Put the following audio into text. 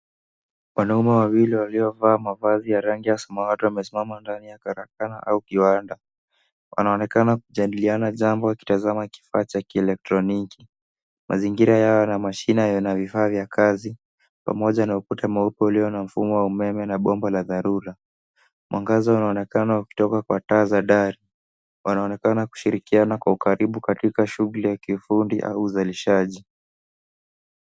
Wanaume wawili waliovaa mavazi ya rangi ya samawati wamesimama ndani ya karakaa au kiwanda. Wanaonekana kujadiliana jambo wakitazama kifaa cha kielektroniki. Mazingira yao yana mashine yanayo vifaa vya kazi, pamoja na ukuta mweupe ulio na mfumo wa umeme na bomba la dharura. Mwangaza unaonekana ukitoka kwa taa za dari. Wanaonekana kushirikiana kwa ukaribu katika shughli ya kifundi au uzalishaji.